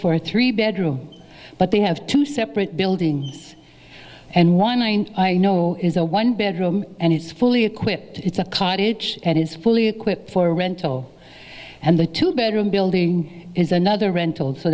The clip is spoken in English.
for a three bedroom but they have two separate buildings and one line i know is a one bedroom and it's fully equipped it's a cottage and it's fully equipped for rental and the two bedroom building is another rental